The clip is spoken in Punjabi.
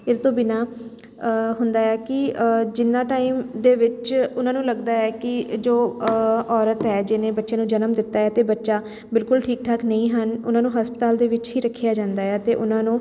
ਇਸ ਤੋਂ ਬਿਨਾਂ ਹੁੰਦਾ ਹੈ ਕਿ ਜਿੰਨਾ ਟਾਈਮ ਦੇ ਵਿੱਚ ਉਹਨਾਂ ਨੂੰ ਲੱਗਦਾ ਹੈ ਕਿ ਜੋ ਔਰਤ ਹੈ ਜਿਹਨੇ ਬੱਚੇ ਨੂੰ ਜਨਮ ਦਿੱਤਾ ਹੈ ਅਤੇ ਬੱਚਾ ਬਿਲਕੁਲ ਠੀਕ ਠਾਕ ਨਹੀਂ ਹਨ ਉਹਨਾਂ ਨੂੰ ਹਸਪਤਾਲ ਦੇ ਵਿੱਚ ਹੀ ਰੱਖਿਆ ਜਾਂਦਾ ਹੈ ਆ ਅਤੇ ਉਹਨਾਂ ਨੂੰ